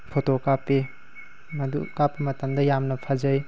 photo ꯀꯥꯞꯄꯤ ꯃꯗꯨ ꯀꯥꯞꯄ ꯃꯇꯝꯗ ꯌꯥꯝꯅ ꯐꯖꯩ